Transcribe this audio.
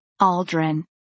Aldrin